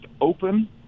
open